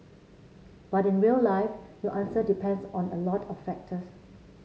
but in real life your answer depends on a lot of factors